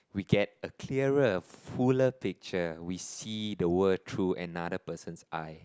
we get a clearer fuller picture we see the world through another person's eye